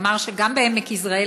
ואמר שגם בעמק יזרעאל,